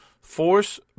Force